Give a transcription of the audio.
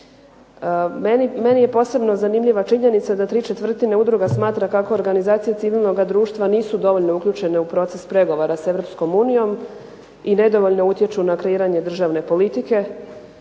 Meni je posebno zanimljiva činjenica da tri četvrtine udruga smatra kako organizacija civilnoga društva nisu dovoljno uključene u proces pregovora sa Europskom unijom i nedovoljno utječu na kreiranje državne politike.